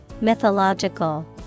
Mythological